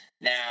Now